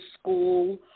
school